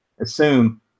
assume